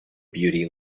beauty